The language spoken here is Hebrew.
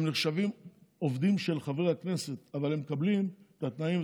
הם נחשבים עובדים של חבר הכנסת אבל הם מקבלים את התנאים,